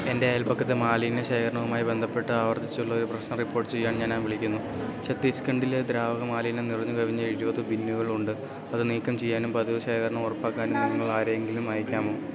എൻ്റെ അയൽപക്കത്തെ മാലിന്യ ശേഖരണവുമായി ബന്ധപ്പെട്ട് ആവർത്തിച്ചുള്ളൊരു പ്രശ്നം റിപ്പോർട്ട് ചെയ്യാൻ ഞാന് വിളിക്കിന്നു ഛത്തീസ്ഗഢിലെ ദ്രാവക മാലിന്യം നിറഞ്ഞു കവിഞ്ഞ ഇരുപത് ബിന്നുകളുണ്ട് അതു നീക്കം ചെയ്യാനും പതിവു ശേഖരണം ഉറപ്പാക്കാനും നിങ്ങൾ ആരെയെങ്കിലും അയയ്ക്കാമോ